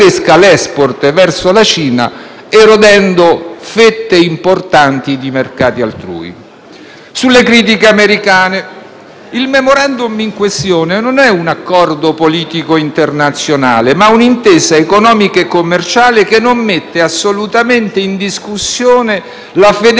sul fronte americano, il *memorandum* in questione non è un accordo politico internazionale, ma un'intesa economica e commerciale che non mette assolutamente in discussione la fedeltà atlantica del nostro Paese, né favorisce in alcun modo le strategie di